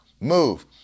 move